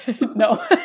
No